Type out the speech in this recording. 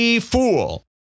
fool